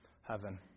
heaven